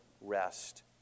rest